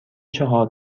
چهار